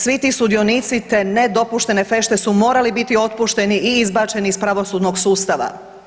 Svi ti sudionici te nedopuštene fešte su morali biti otpušteni i izbačeni iz pravosudnog sustava.